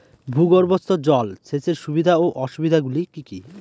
ভূগর্ভস্থ জল সেচের সুবিধা ও অসুবিধা গুলি কি কি?